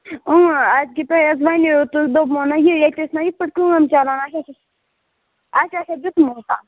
اۭں اَدٕ کہِ تُہۍ حظ ؤنِو تُہۍ دوٚپمو نا یہِ ییٚتہِ ٲسۍ نا یِتھ پٲٹھۍ کٲم چَلان اَسہِ حظ چھِ اَسہِ آسہِ حظ دِژمو تۄہہِ